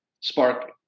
spark